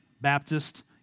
Baptist